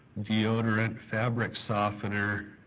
deodorant, fabric softener,